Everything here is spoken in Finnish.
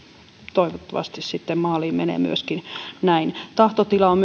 toivottavasti sitten menee maaliin näin tahtotila on